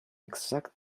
exact